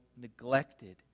neglected